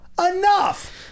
Enough